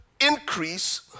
increase